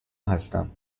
هستم